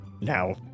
Now